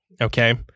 Okay